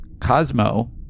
Cosmo